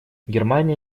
германия